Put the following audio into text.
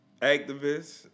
activists